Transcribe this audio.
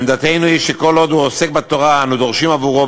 ועמדתנו היא שכל עוד הוא עוסק בתורה אנו דורשים עבורו,